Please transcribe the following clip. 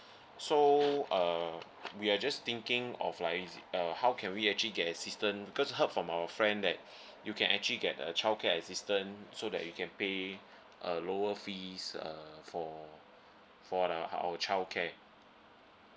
so uh we are just thinking of like is it uh how can we actually get assistant cause heard from our friend that you can actually get a childcare assistant so that you can pay a lower fees err for for the our childcare